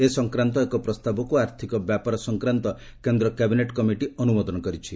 ଏ ସଂକ୍ରାନ୍ତ ଏକ ପ୍ରସ୍ତାବକୁ ଆର୍ଥିକ ବ୍ୟାପାର ସଂକ୍ରାନ୍ତ କେନ୍ଦ୍ର କ୍ୟାବିନେଟ୍ କମିଟି ଅନୁମୋଦନ କରିଛି